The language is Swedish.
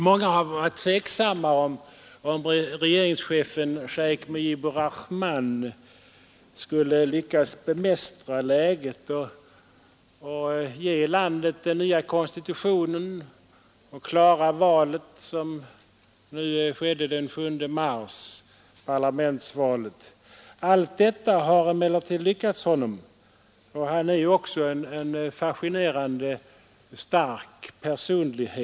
Många har varit tveksamma om regeringschefen shejk Mujibur Rahman skulle kunna bemästra läget, ge landet en ny konstitution och klara parlamentsvalet, som skedde den 7 mars. Allt detta har emellertid lyckats honom — han är ju också en fascinerande stark personlighet.